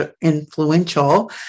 influential